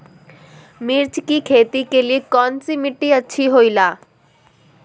मिर्च की खेती के लिए कौन सी मिट्टी अच्छी होईला?